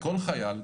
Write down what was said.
לכל חייל,